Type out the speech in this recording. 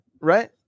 Right